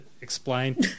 explain